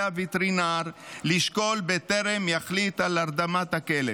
הווטרינר לשקול בטרם יחליט על הרדמת הכלב: